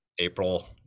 April